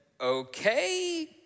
okay